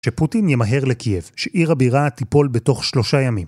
שפוטין ימהר לקייב, שעיר הבירה תיפול בתוך שלושה ימים.